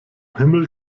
himmel